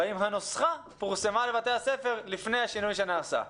והאם הנוסחה פורסמה לבתי הספר לפני השינוי שנעשה?